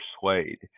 persuade